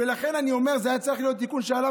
ולכן אני אומר שזה היה צריך להיות תיקון שעליו